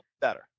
better